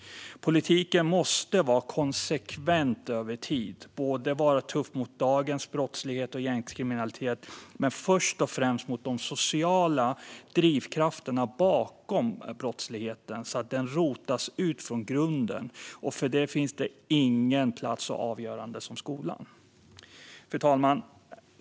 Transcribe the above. Politiken måste vara konsekvent över tid och vara tuff mot både dagens brottslighet och gängkriminalitet men först och främst mot de sociala drivkrafterna bakom brottsligheten så att den utrotas från grunden. För detta finns ingen plats som är så avgörande som skolan.